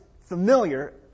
familiar